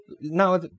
now